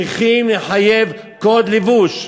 צריכים לחייב קוד לבוש.